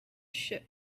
ship